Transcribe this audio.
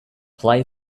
play